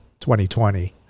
2020